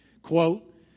Quote